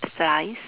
slice